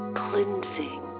cleansing